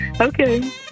Okay